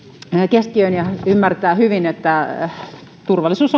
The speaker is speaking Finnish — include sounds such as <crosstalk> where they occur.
keskiöön ja ymmärtää hyvin että turvallisuus <unintelligible>